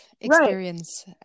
experience